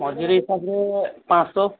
ମଜୁରୀ ହିସାବରେ ପାଂଶ